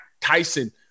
Tyson